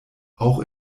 auch